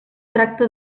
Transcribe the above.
tracte